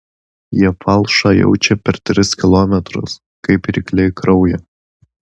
jie falšą jaučia per tris kilometrus kaip rykliai kraują